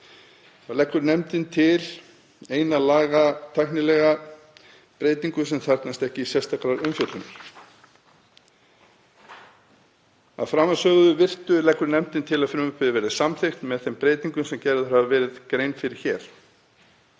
Leggur nefndin til eina lagatæknilega breytingu sem þarfnast ekki sérstakrar umfjöllunar. Að framansögðu virtu leggur nefndin til að frumvarpið verði samþykkt með þeim breytingum sem gerð hefur verið grein fyrir hér.